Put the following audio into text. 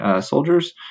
soldiers